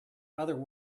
other